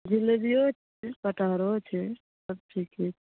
जिलेबियो छै कटहरो छै सब ठीके छै